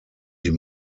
die